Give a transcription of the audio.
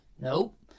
Nope